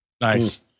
Nice